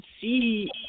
see